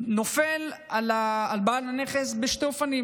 נופל על בעל הנכס בשני אופנים: